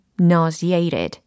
nauseated